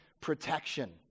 protection